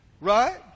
Right